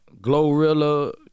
Glorilla